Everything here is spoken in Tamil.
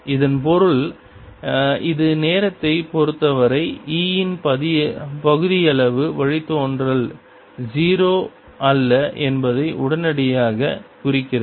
இதன் பொருள் இது நேரத்தைப் பொறுத்தவரை E இன் பகுதியளவு வழித்தோன்றல் 0 அல்ல என்பதை உடனடியாகக் குறிக்கிறது